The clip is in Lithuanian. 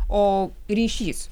o ryšys